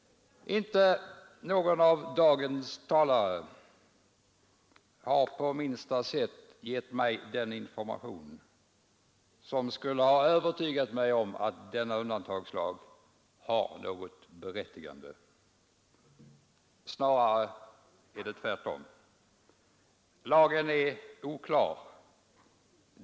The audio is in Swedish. Inte någon av dagens talare har på minsta sätt givit mig den information som skulle ha övertygat mig om att denna undantagslag har något berättigande. Snarare tvärtom. Lagen är oklar.